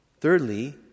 Thirdly